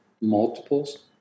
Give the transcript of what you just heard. multiples